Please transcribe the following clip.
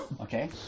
Okay